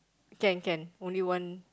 can can only one